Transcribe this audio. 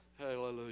Hallelujah